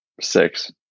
six